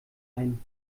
ein